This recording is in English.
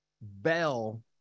bell